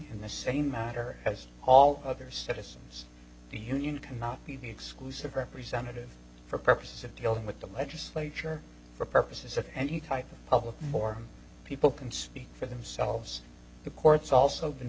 in the same matter as all other citizens the union cannot be the exclusive representative for purposes of dealing with the legislature for purposes of and yucaipa public more people can speak for themselves the courts also been